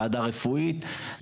ועדה רפואית,